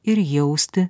ir jausti